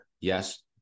yes